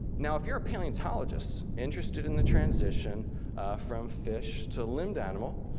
now if you're a paleontologist interested in the transition from fish to limbed animal,